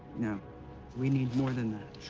you know we need more than that.